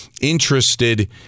interested